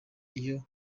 iyo